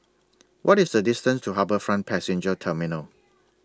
What IS The distance to HarbourFront Passenger Terminal